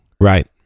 Right